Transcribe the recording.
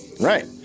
Right